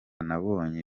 nabonye